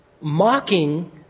mocking